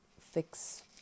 fix